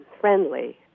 friendly